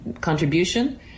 contribution